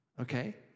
Okay